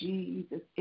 Jesus